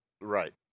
Right